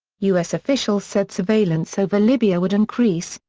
u s. officials said surveillance over libya would increase,